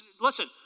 Listen